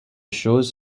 shows